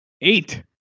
Eight